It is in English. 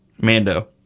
Mando